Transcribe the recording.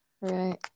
Right